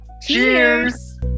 Cheers